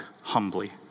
humbly